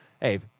Hey